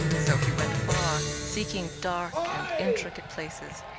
so he went far, seeking dark and intricate places.